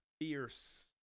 Fierce